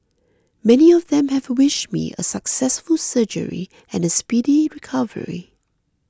many of them have wished me a successful surgery and a speedy recovery